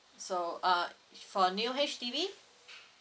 so uh for new H_D_B